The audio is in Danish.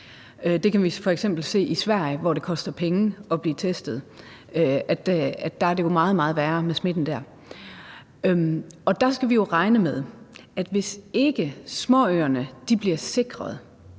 Det kan vi f.eks. se i Sverige, hvor det koster penge at blive testet, og hvor smitten er meget, meget værre. Der skal vi jo regne med, at hvis ikke småøerne bliver sikret,